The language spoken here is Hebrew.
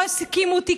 לא הסכימו איתי,